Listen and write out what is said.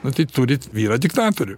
nu tai turit vyrą diktatorių